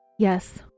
Yes